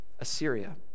Assyria